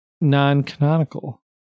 non-canonical